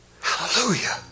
Hallelujah